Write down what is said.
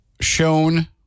shown